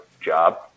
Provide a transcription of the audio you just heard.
job